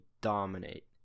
dominate